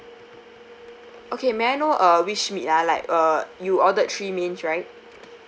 okay may I know uh which meat ah like uh you ordered three mains right